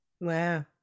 Wow